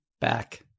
Back